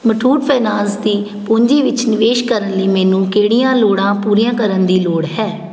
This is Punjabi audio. ਮੁਥੂਟ ਫਾਈਨੈਂਸ ਦੀ ਪੂੰਜੀ ਵਿੱਚ ਨਿਵੇਸ਼ ਕਰਨ ਲਈ ਮੈਨੂੰ ਕਿਹੜੀਆਂ ਲੋੜਾਂ ਪੂਰੀਆਂ ਕਰਨ ਦੀ ਲੋੜ ਹੈ